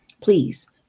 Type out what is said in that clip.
Please